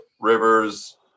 Rivers